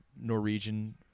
norwegian